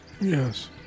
Yes